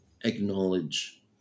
acknowledge